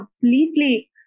completely